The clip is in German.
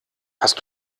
hast